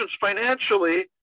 financially